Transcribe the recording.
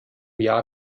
jahr